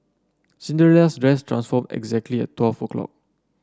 Cinderella's dress transformed exactly at twelve o'clock